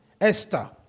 Esther